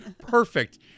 perfect